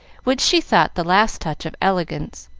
which she thought the last touch of elegance.